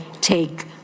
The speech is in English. take